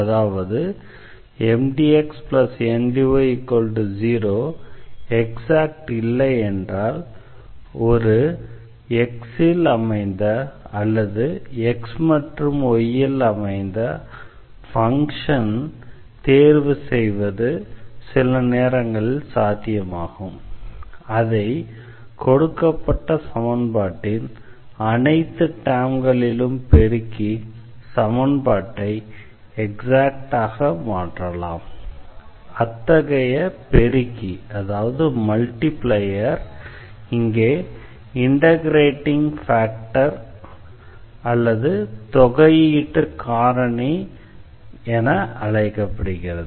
அதாவது சமன்பாடு MdxNdy0 exact இல்லை என்றால் ஒரு x ல் அமைந்த அல்லது x மற்றும் y ல் அமைந்த ஃபங்ஷன் தேர்வு செய்வது சில நேரங்களில் சாத்தியமாகும் அதை கொடுக்கப்பட்ட சமன்பாட்டின் அனைத்து டெர்ம்களிலும் பெருக்கி சமன்பாட்டை எக்ஸாக்டாக மாற்றலாம் அத்தகைய பெருக்கி இங்கே இண்டெக்ரேட்டிங் ஃபேக்டர் அதாவது தொகையீட்டு காரணி என்று அழைக்கப்படுகிறது